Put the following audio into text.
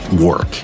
work